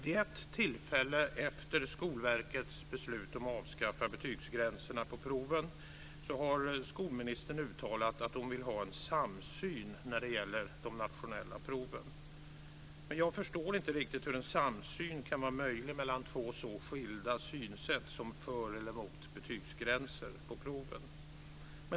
Vid ett tillfälle efter Skolverkets beslut om att avskaffa betygsgränserna på proven har skolministern uttalat att hon vill ha en samsyn när det gäller de nationella proven. Men jag förstår inte hur en samsyn kan vara möjlig mellan två så skilda synsätt som för eller mot betygsgränser på proven.